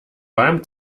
beim